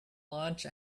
launch